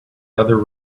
other